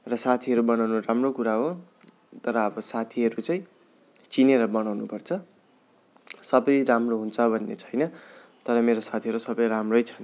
र साथीहरू बनाउनु राम्रो कुरा हो तर अब साथीहरू चाहिँ चिनेर बनाउनु पर्छ सबै राम्रो हुन्छ भन्ने छैन तर मेरो साथीहरू सबै राम्रै छन्